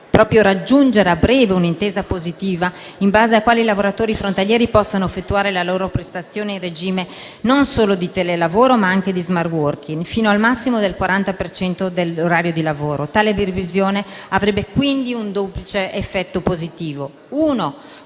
di raggiungere a breve un'intesa positiva, in base alla quale i lavoratori frontalieri possano effettuare la loro prestazione in regime non solo di telelavoro, ma anche di *smart working*, fino a un massimo del 40 per cento dell'orario di lavoro. Tale previsione avrebbe quindi un duplice effetto positivo: